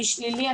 אני שלילי,